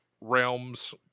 realms